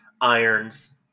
irons